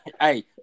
Hey